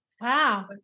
Wow